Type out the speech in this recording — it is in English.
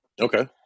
okay